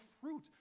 fruit